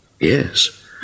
Yes